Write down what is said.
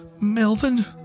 Melvin